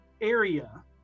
area